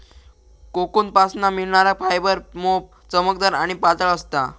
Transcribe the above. कोकूनपासना मिळणार फायबर मोप चमकदार आणि पातळ असता